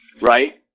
right